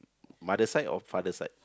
mother side or father side